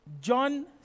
John